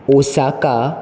Osaka